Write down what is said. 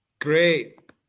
great